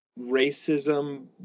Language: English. racism